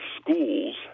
schools